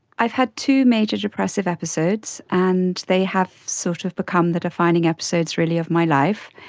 i have had two major depressive episodes and they have sort of become the defining episodes really of my life.